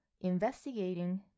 investigating